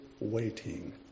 waiting